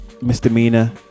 misdemeanor